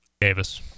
Davis